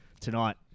tonight